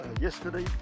yesterday